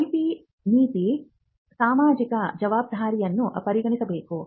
IP ನೀತಿ ಸಾಮಾಜಿಕ ಜವಾಬ್ದಾರಿಯನ್ನು ಪರಿಗಣಿಸಬೇಕು